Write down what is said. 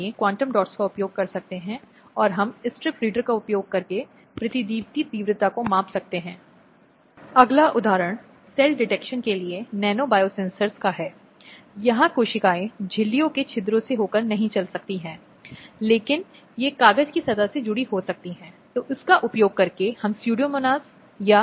इसलिए संपूर्ण अवधारणा या वह जो तर्क देती है जैसा कि हमने विकसित किया है वह कम है और अनुसूची प्रावधान हैं जो कभी भी महिलाओं के कारण की रक्षा करने के लिए नहीं आए बल्कि पुरुष के खिलाफ पुरुष की संपत्ति की रक्षा के लिए आए